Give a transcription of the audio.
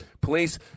Police